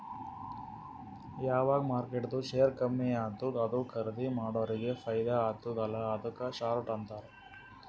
ಯಾವಗ್ ಮಾರ್ಕೆಟ್ದು ಶೇರ್ ಕಮ್ಮಿ ಆತ್ತುದ ಅದು ಖರ್ದೀ ಮಾಡೋರಿಗೆ ಫೈದಾ ಆತ್ತುದ ಅಲ್ಲಾ ಅದುಕ್ಕ ಶಾರ್ಟ್ ಅಂತಾರ್